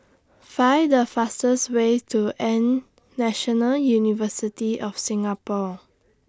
Find The fastest Way to National University of Singapore